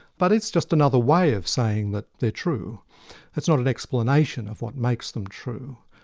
but it's just another way of saying that they're true it's not an explanation of what makes them true.